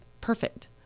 perfect